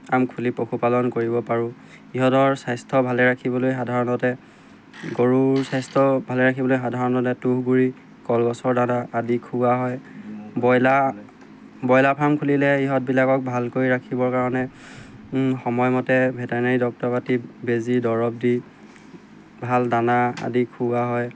farm খুলি পশুপালন কৰিব পাৰোঁ ইহঁতৰ স্বাস্থ্য ভালে ৰাখিবলৈ সাধাৰণতে গৰুৰ স্বাস্থ্য ভালে ৰাখিবলৈ সাধাৰণতে তুঁহগুৰি কলগছৰ দানা আদি খুওৱা হয় ব্ৰইলাৰ ব্ৰইলাৰ ফাৰ্ম খুলিলে ইহঁতবিলাকক ভালকৈ ৰাখিবৰ কাৰণে সময়মতে ভেটেনাৰী ডক্তৰ পাতি বেজী দৰৱ দি ভাল দানা আদি খুওৱা হয়